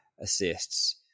assists